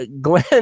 Glenn